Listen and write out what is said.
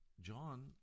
John